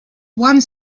one